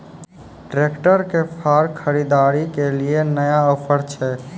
Tractor के फार खरीदारी के लिए नया ऑफर छ?